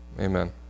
amen